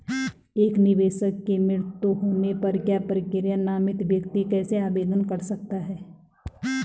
एक निवेशक के मृत्यु होने पर क्या प्रक्रिया है नामित व्यक्ति कैसे आवेदन कर सकता है?